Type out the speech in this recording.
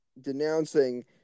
denouncing